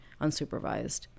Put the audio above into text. unsupervised